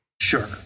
Sure